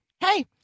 Hey